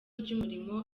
ry’umurimo